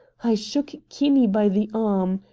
i shook kinney by the arm.